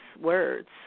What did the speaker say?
words